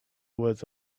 was